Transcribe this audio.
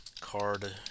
card